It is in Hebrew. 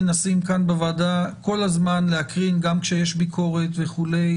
מנסים כל הזמן בוועדה להקרין גם כשיש ביקורת וכו'